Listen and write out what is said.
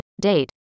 date